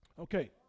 Okay